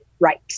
right